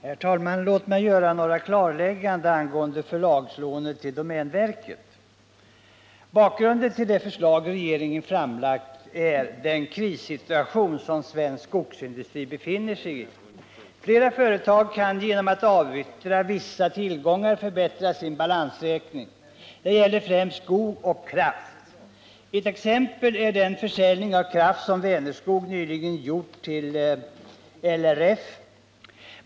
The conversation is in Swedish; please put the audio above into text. Herr talman! Låt mig göra några klarlägganden angående förlagslånet till domänverket. Bakgrunden till det förslag regeringen framlagt är den krissituation som svensk skogsindustri befinner sig i. Flera företag kan genom att avyttra vissa tillgångar förbättra sin balansräkning. Det gäller främst skog och kraft. Ett exempel är den försäljning av kraft som Vänerskog nyligen gjort till LRF.